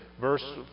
verse